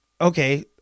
okay